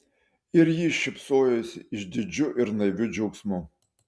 ir ji šypsojosi išdidžiu ir naiviu džiaugsmu